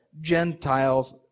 Gentiles